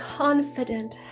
confident